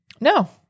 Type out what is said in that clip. No